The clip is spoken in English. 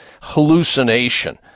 hallucination